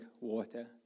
water